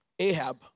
Ahab